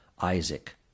Isaac